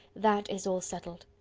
that is all settled.